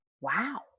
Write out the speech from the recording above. wow